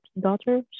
daughter